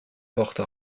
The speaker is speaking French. porte